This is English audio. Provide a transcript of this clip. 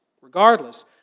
regardless